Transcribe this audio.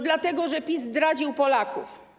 Dlatego że PiS zdradził Polaków.